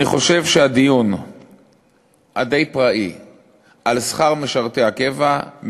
אני חושב שהדיון הדי-פראי על שכר משרתי הקבע,